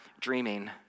dreaming